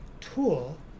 tool